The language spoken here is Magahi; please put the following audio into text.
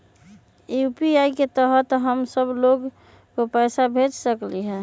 यू.पी.आई के तहद हम सब लोग को पैसा भेज सकली ह?